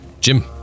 Jim